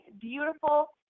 beautiful